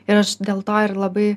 ir aš dėl to ir labai